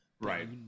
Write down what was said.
right